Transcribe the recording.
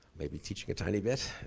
maybe teaching a tiny bit.